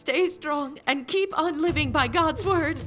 stay strong and keep on living by god's word